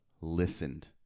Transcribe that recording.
listened